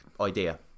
idea